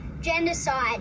genocide